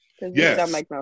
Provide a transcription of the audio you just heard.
Yes